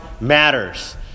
matters